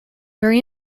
very